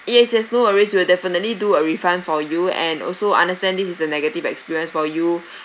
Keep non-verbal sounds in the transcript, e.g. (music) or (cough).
yes yes no worries we'll definitely do a refund for you and also understand this is a negative experience for you (breath)